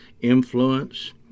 influence